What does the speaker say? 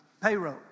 payroll